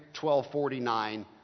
1249